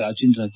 Rajendra K